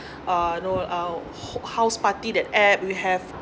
uh you know our hou~ house party that we have